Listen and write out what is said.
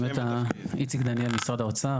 איציק דניאל, משרד האוצר.